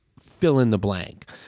fill-in-the-blank